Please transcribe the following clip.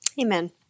Amen